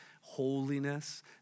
holiness